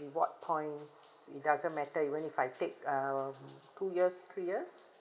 reward points it doesn't matter even if I take um two years three years